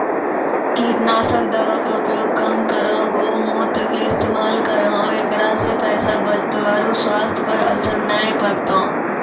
कीटनासक दवा के उपयोग कम करौं गौमूत्र के इस्तेमाल करहो ऐकरा से पैसा बचतौ आरु स्वाथ्य पर असर नैय परतौ?